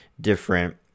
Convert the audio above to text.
different